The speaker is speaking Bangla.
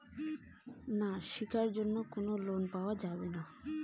শিক্ষার জন্যে কি কোনো লোন পাওয়া যাবে?